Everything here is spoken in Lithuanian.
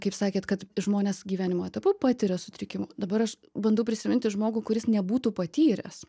kaip sakėt kad žmonės gyvenimo etapu patiria sutrikimų dabar aš bandau prisiminti žmogų kuris nebūtų patyręs